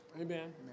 Amen